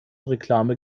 reklame